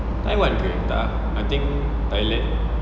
taiwan ke tak ah I think thailand